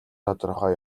тодорхой